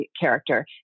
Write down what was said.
character